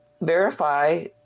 verify